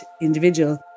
individual